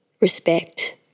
respect